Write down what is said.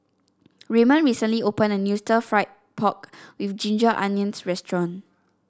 Raymond recently opened a new Stir Fried Pork with Ginger Onions restaurant